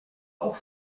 auch